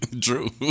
true